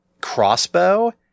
crossbow